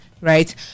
Right